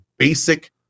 basic